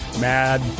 mad